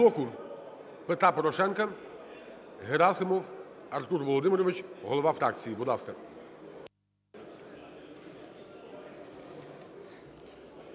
"Блоку Петра Порошенка" Герасимов Артур Володимирович, голова фракції. Будь ласка.